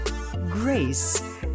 Grace